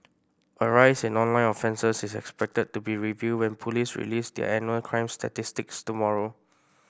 a rise in online offences is expected to be revealed when police release their annual crime statistics tomorrow